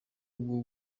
bwo